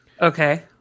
Okay